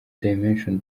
dimension